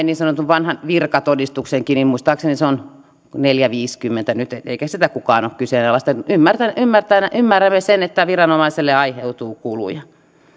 niin sanotun vanhan virkatodistuksenkin muistaakseni se on neljä pilkku viisikymmentä eikä sitä kukaan ole kyseenalaistanut ymmärrämme sen että viranomaiselle aiheutuu kuluja